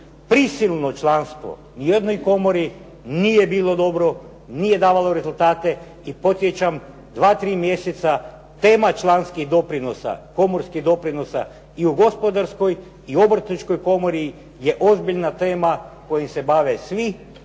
Prisilno članstvo u jednoj komori nije bilo dobro, nije davalo rezultate i podsjećam dva, tri mjeseca tema članskih doprinosa, komorskih doprinosa i u Gospodarskoj i u Obrtničkoj komori je ozbiljna tema kojim se bave svi,